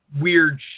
Weird